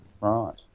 Right